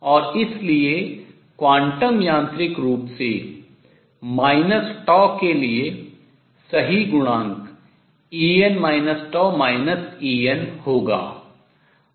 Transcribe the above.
और इसलिए क्वांटम यांत्रिक रूप से τ के लिए सही गुणांक En En होगा